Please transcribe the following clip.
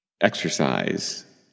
exercise